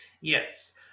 Yes